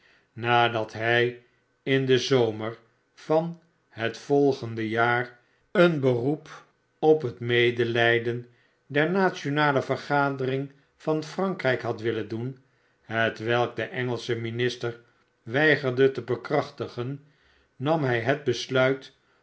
nadat hij in den zomer van het volgende jaar een beroep op het medelijden der nationale vergadering van frankrijk had willen doen hetwelk de engelsche minister weigerde te bekrachtigen nam hij het besluit